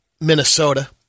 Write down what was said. Minnesota